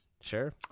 sure